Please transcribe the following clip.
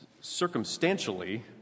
Circumstantially